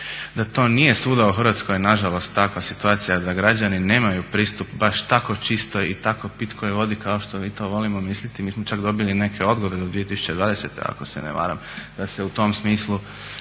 da to nije svuda u Hrvatskoj nažalost takva situacija, da građani nemaju pristup baš tako čistoj i tako pitkoj vodi kao što mi to volimo misliti. Mi smo čak dobili neke odgode do 2020. ako se ne varam da se u tom smislu